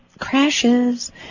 crashes